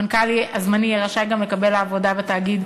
המנכ"ל הזמני יהיה רשאי גם לקבל לעבודה בתאגיד,